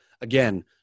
again